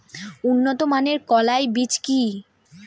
উন্নত মানের কলাই বীজ কি?